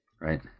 right